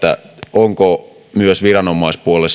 onko myös viranomaispuolelle